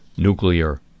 nuclear